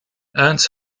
ernst